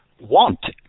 want